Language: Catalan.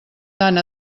tant